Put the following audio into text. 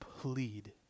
Plead